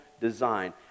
design